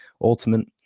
ultimate